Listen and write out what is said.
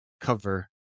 cover